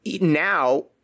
now